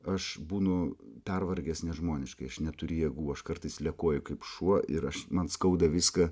aš būnu pervargęs nežmoniškai aš neturiu jėgų aš kartais lekuoju kaip šuo ir aš man skauda viską